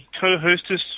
co-hostess